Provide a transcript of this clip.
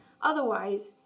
otherwise